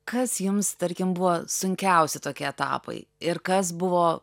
kas jums tarkim buvo sunkiausi tokie etapai ir kas buvo